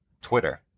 Twitter